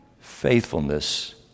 faithfulness